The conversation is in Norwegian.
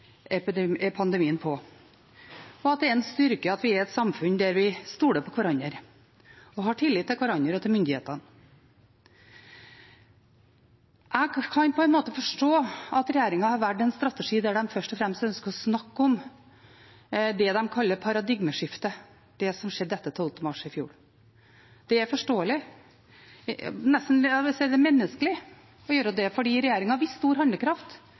pandemien på, og at det er en styrke at vi er et samfunn der vi stoler på hverandre og har tillit til hverandre og til myndighetene. Jeg kan på en måte forstå at regjeringen har valgt en strategi der de først og fremst ønsker å snakke om det de kaller paradigmeskiftet, det som skjedde etter 12. mars i fjor. Det er forståelig. Jeg vil si det er menneskelig å gjøre det, for regjeringen viste stor handlekraft